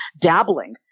dabbling